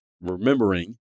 Remembering